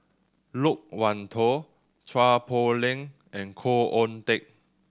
Loke Wan Tho Chua Poh Leng and Khoo Oon Teik